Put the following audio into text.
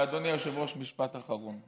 אדוני היושב-ראש, משפט אחרון.